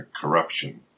corruption